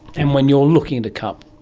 and when you are looking at a cup,